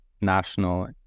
national